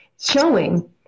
showing